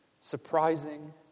surprising